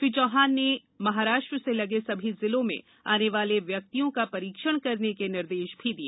श्री चौहान ने महाराष्ट्र से लगे सभी जिलों में आने वाले व्यक्तियों का परीक्षण करने के निर्देश भी दिए